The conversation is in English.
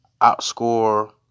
outscore